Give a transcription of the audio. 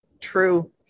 True